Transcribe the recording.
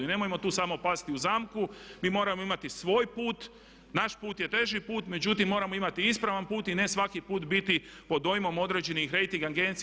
I nemojmo tu samo pasti u zamku, mi moramo imati svoj put, naš put je teži put, međutim moramo imati ispravan put i ne svaki put biti pod dojmom određenih rejting agencija.